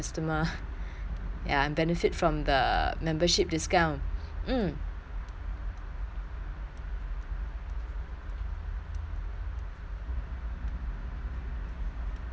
ya and benefit from the membership discount mm